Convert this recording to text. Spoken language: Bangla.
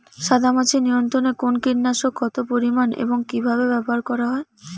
সাদামাছি নিয়ন্ত্রণে কোন কীটনাশক কত পরিমাণে এবং কীভাবে ব্যবহার করা হয়?